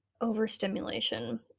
overstimulation